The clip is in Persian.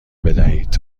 بدهید